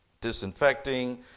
disinfecting